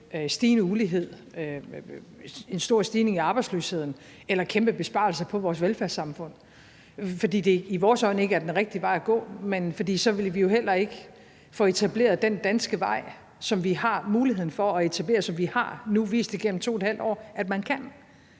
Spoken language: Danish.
stigende ulighed, en stor stigning i arbejdsløshed eller kæmpe besparelser på vores velfærdssamfund, fordi det i vores øjne ikke er den rigtige vej at gå, men også fordi vi jo så heller ikke ville få etableret den danske vej, som vi har muligheden for at etablere, og som vi nu igennem 2½ år har vist at man kan